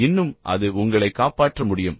எனவே இன்னும் அது உங்களைக் காப்பாற்ற முடியும்